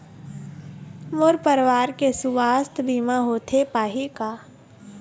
मोर परवार के सुवास्थ बीमा होथे पाही का?